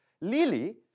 Lily